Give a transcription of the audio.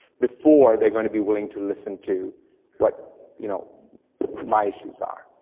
before they're going to be willing to listen to what you know my issues are.